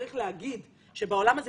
צריך להגיד שבעולם הזה,